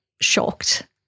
shocked